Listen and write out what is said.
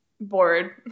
bored